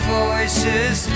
voices